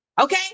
Okay